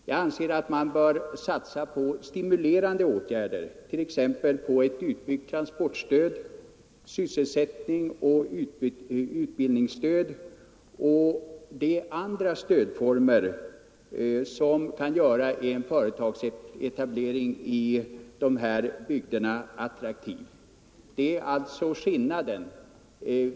Jag anser att man bör satsa på stimulerande åtgärder, t.ex. på ett utbyggt transportstöd, sysselsättningsoch utbildningsstöd och de andra stödformer som kan göra en företagsetablering i dessa bygder attraktiv. Det är alltså skillnaden.